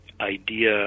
idea